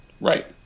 Right